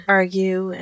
argue